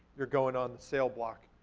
you're going on the sale block.